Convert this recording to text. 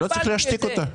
לא צריך להשתיק אותה.